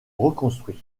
reconstruit